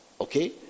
Okay